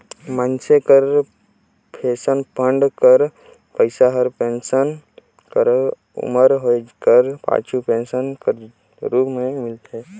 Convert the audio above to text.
मइनसे कर pension fund कर पइसा हर पेंसन कर उमर होए कर पाछू पेंसन कर रूप में मिलथे